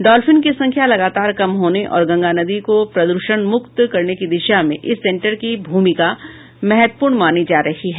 dolphin की संख्या लगातार कम होने और गंगा नदी को प्रद्षण मुक्त करने की दिशा में इस सेंटर की भूमिका महत्वपूर्ण मानी जा रही है